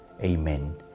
Amen